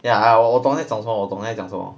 yeah I will 我懂你在讲什么我懂你在讲什么